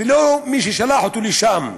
ולא מי ששלח אותו לשם.